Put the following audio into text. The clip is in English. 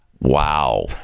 wow